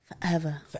forever